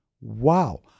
Wow